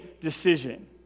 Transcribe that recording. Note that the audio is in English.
decision